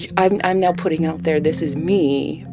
yeah i'm i'm now putting out there, this is me,